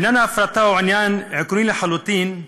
עניין ההפרטה הוא עניין עקרוני לחלוטין.